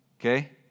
Okay